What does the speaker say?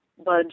budge